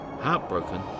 Heartbroken